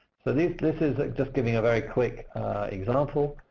so this this is just giving a very quick example,